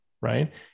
Right